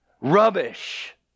rubbish